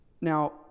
Now